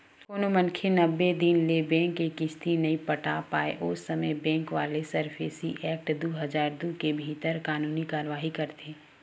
कोनो मनखे नब्बे दिन ले बेंक के किस्ती नइ पटा पाय ओ समे बेंक वाले सरफेसी एक्ट दू हजार दू के भीतर कानूनी कारवाही करथे